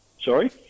Sorry